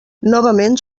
novament